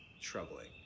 troubling